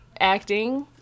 acting